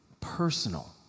personal